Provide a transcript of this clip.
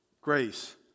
Grace